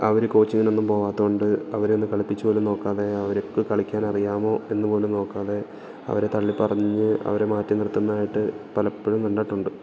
അവര് കോച്ചിങ്ങിനൊന്നും പോവാത്തതുകൊണ്ട് അവരെയൊന്നു കളിപ്പിച്ചുപോലും നോക്കാതെ അവര്ക്കു കളിക്കാൻ അറിയാമോ എന്നു പോലും നോക്കാതെ അവരെ തള്ളിപ്പറഞ്ഞ് അവരെ മാറ്റി നിർത്തുന്നതായിട്ട് പലപ്പോഴും കണ്ടിട്ടുണ്ട്